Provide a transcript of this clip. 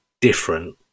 different